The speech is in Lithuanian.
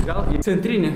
gal į centrinį